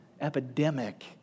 epidemic